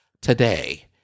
today